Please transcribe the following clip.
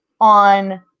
on